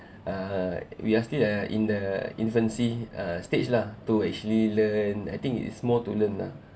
uh we are still uh in the infancy uh stage lah to actually learn I think it's more to learn lah